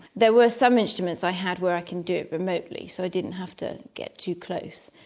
there were some instruments i had where i can do it remotely so i didn't have to get too close,